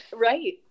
Right